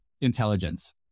intelligence